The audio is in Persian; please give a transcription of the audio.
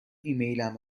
ایمیلم